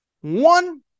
One